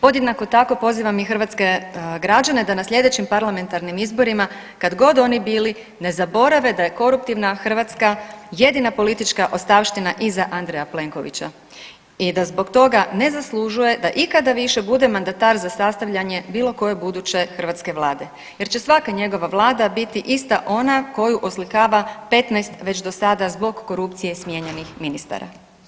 Podjednako tako pozivam i hrvatske građane da na sljedećim parlamentarnim izborima kad god oni bili ne zaborave da je koruptivna Hrvatska jedina politička ostavština iza Andreja Plenkovića i da zbog toga ne zaslužuje da ikada više bude mandatar za sastavljanje bilo koje buduće hrvatske Vlade jer će svaka njegova Vlada biti ista ona koju oslikava 15 već do sada zbog korupcije smijenjenih ministara.